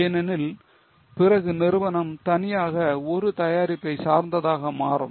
ஏனெனில் பிறகு நிறுவனம் தனியாக ஒரு தயாரிப்பை சார்ந்ததாக மாறும்